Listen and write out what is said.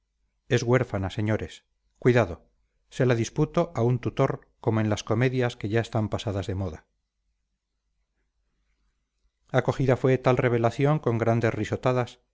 es huérfana señores cuidado se la disputo a un tutor como en las comedias que ya están pasadas de moda acogida fue tal revelación con grandes risotadas